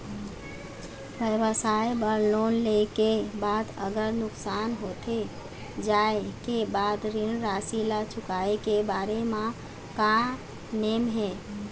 व्यवसाय बर लोन ले के बाद अगर नुकसान होथे जाय के बाद ऋण राशि ला चुकाए के बारे म का नेम हे?